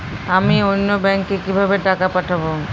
আমি অন্য ব্যাংকে কিভাবে টাকা পাঠাব?